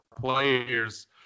players